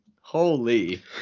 Holy